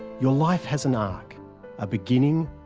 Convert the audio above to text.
your life has an arc a beginning,